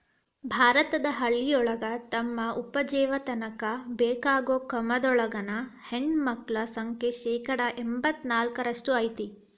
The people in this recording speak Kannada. ಭಾರತದ ಹಳ್ಳಿಗಳೊಳಗ ತಮ್ಮ ಉಪಜೇವನಕ್ಕ ಬೇಕಾಗೋ ಕಮತದೊಳಗ ಹೆಣ್ಣಮಕ್ಕಳ ಸಂಖ್ಯೆ ಶೇಕಡಾ ಎಂಬತ್ ನಾಲ್ಕರಷ್ಟ್ ಐತಿ